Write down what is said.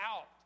out